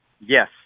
Yes